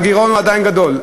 והגירעון עדיין גדול.